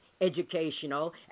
educational